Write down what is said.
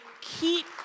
keep